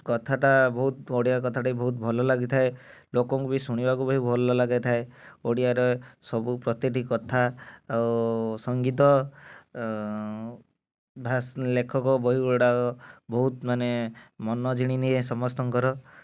କଥାଟା ବହୁତ ବଢ଼ିଆ କଥାଟେ ବହୁତ ଭଲ ଲାଗିଥାଏ ଲୋକଙ୍କୁ ବି ଶୁଣିବାକୁ ଭାରି ଭଲ ଲାଗିଥାଏ ଓଡ଼ିଆ ରେ ସବୁ ପ୍ରତ୍ୟେକଟି କଥା ଆଉ ସଙ୍ଗୀତ ଭାଷ ଲେଖକ ବହି ଗୁଡ଼ାକ ବହୁତ ମାନେ ମନ ଜିଣିନିଏ ସମସ୍ତଙ୍କର